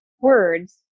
words